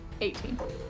18